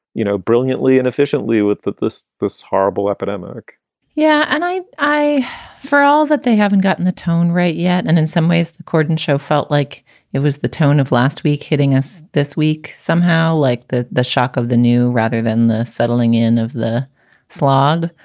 you know, brilliantly and efficiently with this this horrible epidemic yeah. and i i for all that, they haven't gotten the tone right yet. and in some ways, accordin show felt like it was the tone of last week hitting us this week somehow like the the shock of the new rather than the settling in of the slobbered.